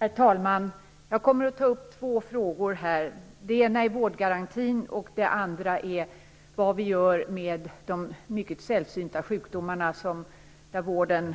Herr talman! Jag kommer att ta upp två frågor. Den ena gäller vårdgarantin. Den andra gäller vad vi gör med vården av de mycket sällsynta sjukdomarna; man